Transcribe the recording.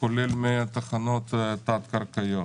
כולל תחנות תת-קרקעיות.